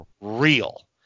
real